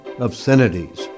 obscenities